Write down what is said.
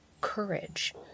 courage